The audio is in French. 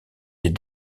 des